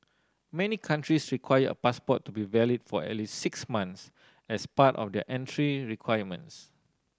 many countries require a passport to be valid for at least six months as part of their entry requirements